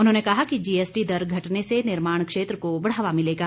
उन्होंने कहा कि जीएसटी दर घटने से निर्माण क्षेत्र को बढ़ावा मिलेगा